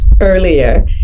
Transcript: earlier